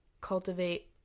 cultivate